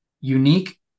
unique